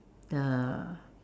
the